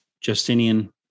Justinian